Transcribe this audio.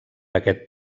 aquest